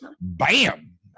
bam